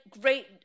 Great